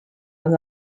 les